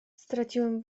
straciłem